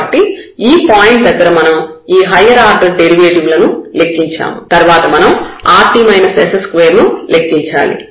కాబట్టి ఈ పాయింట్ దగ్గర మనం ఈ హయ్యర్ ఆర్డర్ డెరివేటివ్ లను లెక్కించాము తర్వాత మనం rt s2 ను లెక్కించాలి